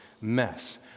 mess